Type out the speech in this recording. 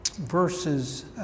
verses